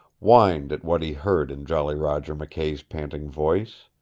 whined at what he heard in jolly roger mckay's panting voice.